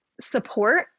support